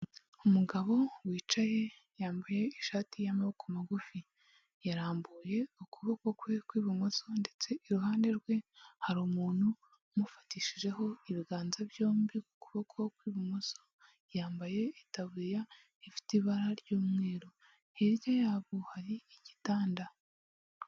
Umugabo wicaye yambaye ishati y'amaboko magufi, yarambuye ukuboko kwe kw'ibumoso, ndetse iruhande rwe hari umuntu umufatishijeho ibiganza byombi ku kuboko kw'ibumoso. Yambaye itaburiya ifite ibara ry'umweru hirya yabo hari igitanda.